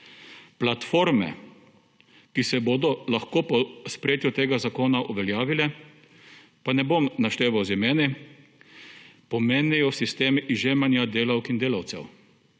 Platforme, ki se bodo lahko po sprejetju tega zakona uveljavile, pa ne bom našteval z imeni, pomenijo sistem izžemanja delavk in delavcev.